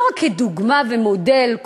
לא רק כדוגמה ומודל,